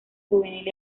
juvenil